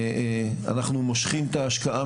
אנחנו מושכים את ההשקעה,